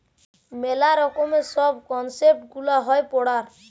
মেলা রকমের সব কনসেপ্ট গুলা হয় পড়ার